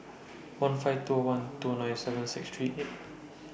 one five two one two nine seven six three eight